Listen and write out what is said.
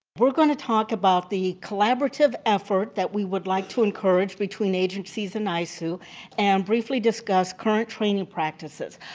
we're going to talk about the collaborative effort that we would like to encourage between agencies and isoo and briefly discuss current training practices.